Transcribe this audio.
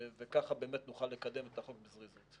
ככה באמת נוכל לקדם את החוק בזריזות.